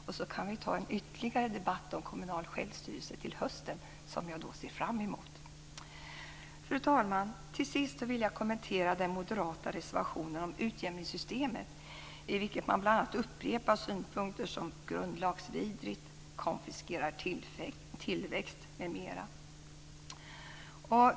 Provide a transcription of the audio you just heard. Sedan kan vi ta en ytterligare debatt om kommunal självstyrelse till hösten, som jag då ser framemot Fru talman! Till sist vill jag kommentera den moderata reservationen om utjämningssystemet, i vilken man bl.a. upprepar synpunkter som att det är grundlagsvidrigt, att det konfiskerar tillväxt m.m.